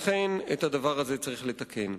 לכן, את הדבר הזה צריך לתקן.